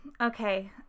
okay